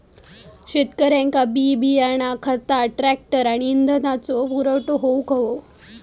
शेतकऱ्यांका बी बियाणा खता ट्रॅक्टर आणि इंधनाचो पुरवठा होऊक हवो